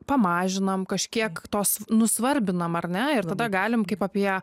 pamažinam kažkiek tos nusvarbinam ane ir tada galime kaip apie